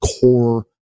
core